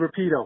Rapido